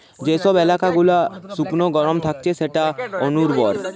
যে সব এলাকা গুলা শুকনো গরম থাকছে সেটা অনুর্বর